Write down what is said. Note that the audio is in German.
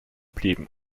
blieben